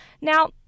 Now